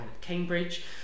Cambridge